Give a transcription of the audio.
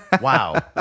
Wow